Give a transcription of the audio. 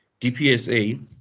DPSA